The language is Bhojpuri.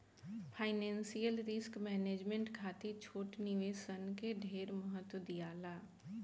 फाइनेंशियल रिस्क मैनेजमेंट खातिर छोट निवेश सन के ढेर महत्व दियाला